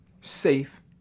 safe